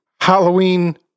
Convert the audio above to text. Halloween